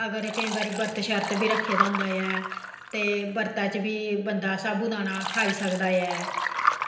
अगर केईं बारी बरत बी रक्खे दा होंदा ऐ ते बर्त च बी बंदा साबू दाना खाई सकदा ऐ